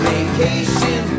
Vacation